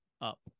up